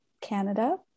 Canada